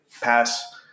pass